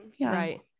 right